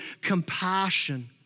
compassion